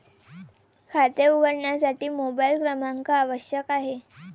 खाते उघडण्यासाठी मोबाइल क्रमांक आवश्यक आहे